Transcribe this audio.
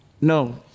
No